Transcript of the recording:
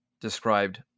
described